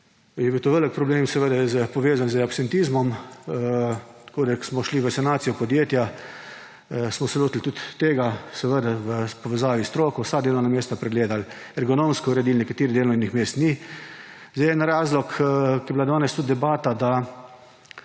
bil to velik problem, povezan z absentizmom. Tako da ko smo šli v sanacijo podjetja, smo se lotili tudi tega, seveda v povezavi s stroko, vsa delovna mesta pregledali, ergonomsko uredili, nekaterih delovnih mest ni. En razlog. Danes je bila tudi debata